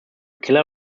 killer